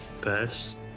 Best